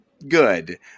good